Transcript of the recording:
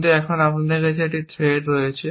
কিন্তু এখন আমাদের কাছে একটি থ্রেড রয়েছে